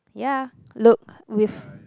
ya look we've